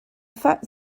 fact